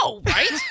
right